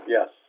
Yes